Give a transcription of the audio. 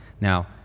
Now